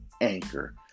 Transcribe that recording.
Anchor